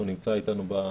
הוא נמצא איתנו בזום.